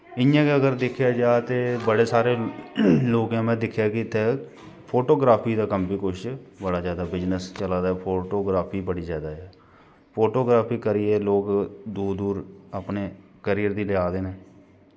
इ'यां गै अगर दिक्खेआ जा ते बड़े सारे लोग ऐं कि में दिक्खेआ कि इत्थै फोटोग्राफी दा कम्म बी कुछ बड़ा ज्यादा बिजनेस चला दा ऐ फोटाग्राफी बड़ी ज्यादा ऐ फोटाग्राफी करियै लोग दूर दूर अपने कैरियर गी लेआ दे न